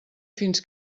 fins